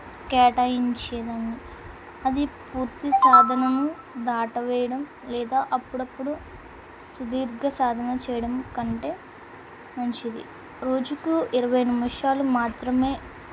కేటాయించేదాన్ని అది పూర్తి సాధనను దాటవేయడం లేదా అప్పుడప్పుడు సుదీర్ఘ సాధన చేయడం కంటే మంచిది రోజుకు ఇరవై నిమిషాలు మాత్రమే